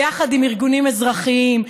ביחד עם ארגונים אזרחיים,